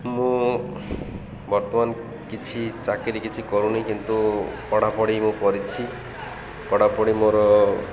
ମୁଁ ବର୍ତ୍ତମାନ କିଛି ଚାକିରୀ କିଛି କରୁନି କିନ୍ତୁ ପଢ଼ାପଢ଼ି ମୁଁ କରିଛି ପଢ଼ାପଢ଼ି ମୋର